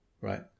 Right